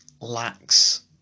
lacks